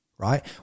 right